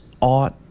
ought